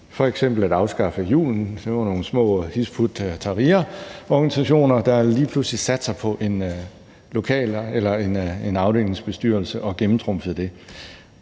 f.eks. at afskaffe julen. Der var nogle små Hizb ut-Tahrir-organisationer, der lige pludselig satte sig på en afdelingsbestyrelse og gennemtrumfede det,